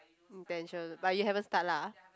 intention but you haven't start lah